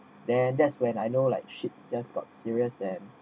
then that's when I know like shit just got serious and